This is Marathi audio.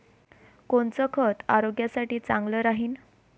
कोनचं खत आरोग्यासाठी चांगलं राहीन?